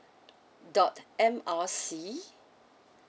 dot M R C